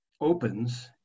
opens